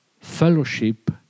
fellowship